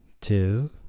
two